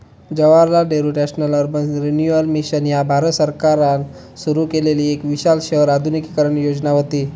Jawaharlal Nehru national urban renewal mission ह्या भारत सरकारान सुरू केलेली एक विशाल शहर आधुनिकीकरण योजना व्हती